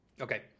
Okay